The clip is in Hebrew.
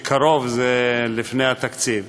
ש"קרוב" זה לפני התקציב.